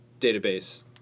database